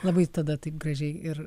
labai tada taip gražiai ir